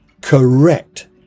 Correct